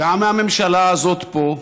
גם מהממשלה הזאת פה,